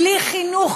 בלי חינוך,